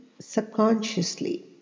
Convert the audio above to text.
subconsciously